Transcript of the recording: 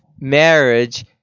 marriage